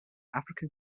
african